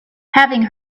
having